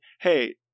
hey